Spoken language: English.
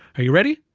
are you ready?